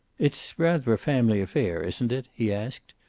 it's rather a family affair, isn't it? he asked.